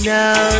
now